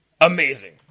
Amazing